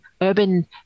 urban